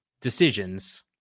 decisions